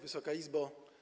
Wysoka Izbo!